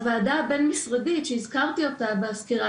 הוועדה הבין משרדית שהזכרתי אותה בסקירה